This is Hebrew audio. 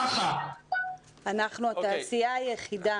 אנחנו התעשייה היחידה